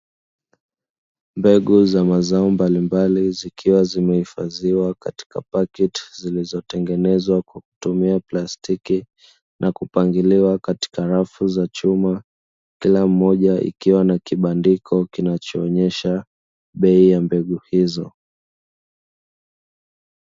Mbegu za mazao mbalimbali zikiwa zimehifadhiwa katika paketi zilizotengenezwa kwa kutumia plastiki na kupangiliwa katika rafu za chuma, kila mmoja ikiwa na kibandiko kinachoonyesha bei ya mbegu hizo.